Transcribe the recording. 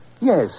Yes